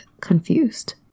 confused